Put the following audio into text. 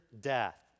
death